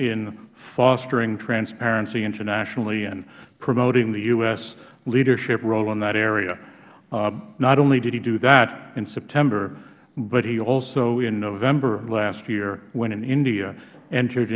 in fostering transparency internationally and promoting the u s leadership role in that area not only did he do that in september but he also in november of last year while in india entered